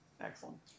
Excellent